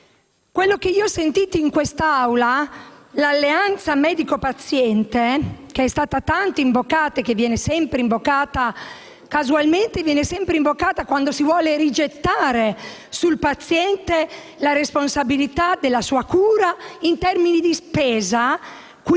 Quello che ho sentito in quest'Aula, l'alleanza medico-paziente che è stata invocata (e che casualmente viene sempre invocata quando si vuole rigettare sul paziente la responsabilità della sua cura in termini di spesa), qui viene